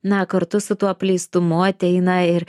na kartu su tuo apleistumu ateina ir